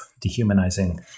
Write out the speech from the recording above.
dehumanizing